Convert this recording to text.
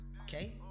okay